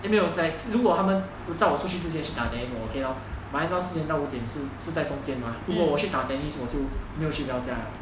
没有 like 是如果他们在我出去之前去打 tennis 我 okay lor but then 四点到五点是是在中间吗如果我去打 tennis 我就没有去 dell 家了